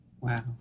Wow